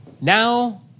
Now